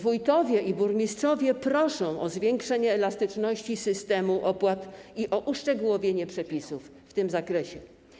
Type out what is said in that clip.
Wójtowie i burmistrzowie proszą o zwiększenie elastyczności systemu opłat i o uszczegółowienie przepisów w tym zakresie.